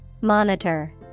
monitor